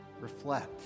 reflect